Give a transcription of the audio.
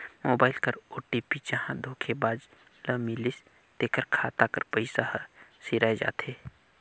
mobile कर OTP जहां धोखेबाज ल मिलिस तेकर खाता कर पइसा हर सिराए जाथे